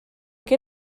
que